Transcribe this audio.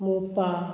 Mopa